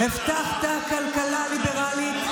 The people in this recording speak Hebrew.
הבטחת כלכלה ליברלית,